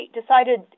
decided